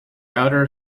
outer